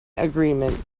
agreement